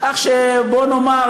כך שבוא נאמר,